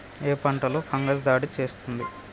ఏ పంటలో ఫంగస్ దాడి చేస్తుంది?